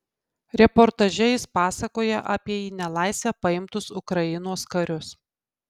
reportaže jis pasakoja apie į nelaisvę paimtus ukrainos karius